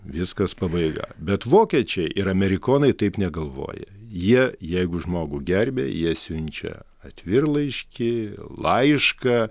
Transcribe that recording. viskas pabaiga bet vokiečiai ir amerikonai taip negalvoja jie jeigu žmogų gerbia jie siunčia atvirlaiškį laišką